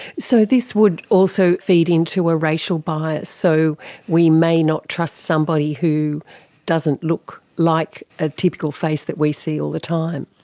so this would also feed into a racial bias. so we may not trust somebody who doesn't look like a typical face that we see all the time.